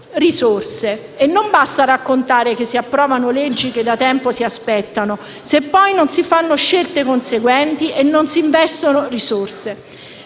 risorse. Non basta raccontare che si approvano leggi che da tempo si aspettano, se poi non si fanno scelte conseguenti e non si investono risorse.